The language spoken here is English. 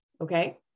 Okay